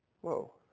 Whoa